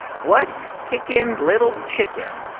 what's kickin', little chicken?